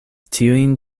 tiujn